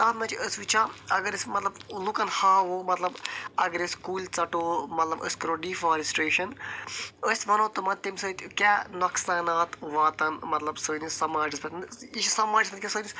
تتھ منٛز چھِ أسۍ وٕچھان اگر أسۍ مطلب لُکن ہاوو مطلب اگرے أسۍ کُلۍ ژٹو مطلب أسۍ کرو ڈِفارسٹرٮ۪شن أسۍ ونو تِمن تمہِ سۭتۍ کیٚاہ نۄقصانات واتن مطلب سٲنِس سماجس پٮ۪ٹھ یہِ چھِ سماج وٕنکٮ۪س سٲنِس